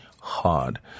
hard